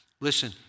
Listen